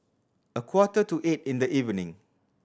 a quarter to eight in the evening